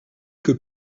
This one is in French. que